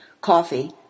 coffee